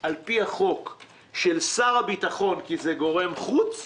על פי החוק של שר הביטחון, כי זה גורם חוץ,